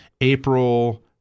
April